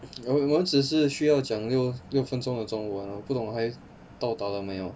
我我们只是需要讲六六分钟的中文啊不懂还到达了没有